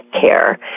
care